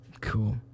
Cool